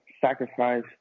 sacrifice